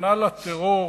נכנע לטרור,